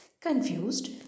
Confused